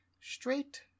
Straight